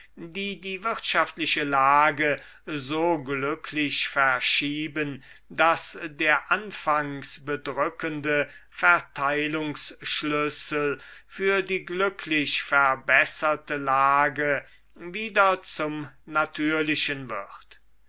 die die wirtschaftliche lage so glücklich verschieben daß der anfangs bedrückende verteilungsschlüssel für die glücklich verbesserte lage wieder zum natürlichen wird